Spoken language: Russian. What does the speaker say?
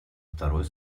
второй